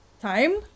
time